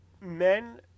men